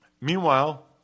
meanwhile